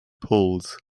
pulse